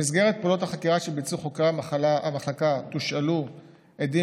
במסגרת פעולות החקירה שביצעו חוקרי המחלקה תושאלו עדים